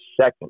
second